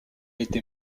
été